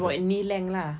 it's about knee length lah